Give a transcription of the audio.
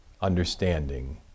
understanding